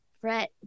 fret